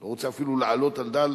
לא רוצה אפילו להעלות על דל